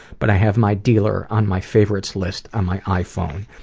but i have my dealer on my favorites list on my iphone.